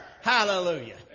hallelujah